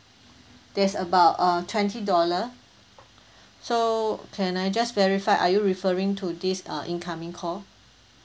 there's about uh twenty dollar so can I just verify are you referring to this uh incoming call